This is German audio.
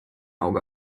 auge